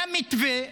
היה מתווה,